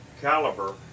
caliber